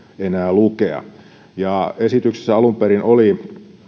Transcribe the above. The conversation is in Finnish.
enää lukea esityksessä alun perin oli